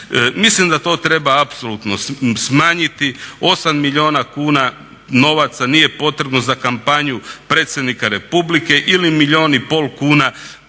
Mislim da to treba apsolutno smanjiti, 8 milijuna kuna novaca nije potrebno za kampanju predsjednika republike ili 1,5 milijun kuna